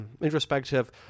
introspective